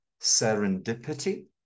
serendipity